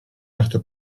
echte